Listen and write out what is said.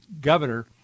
governor